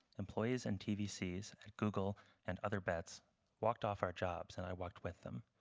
employees and tvcs at google and other bets walked off our jobs, and i walked with them.